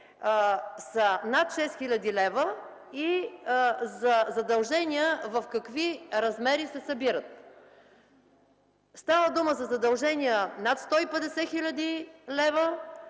са над 6000 лв. и за задължения в какви размери се събират. Става дума за задължения над 150 хил. лв.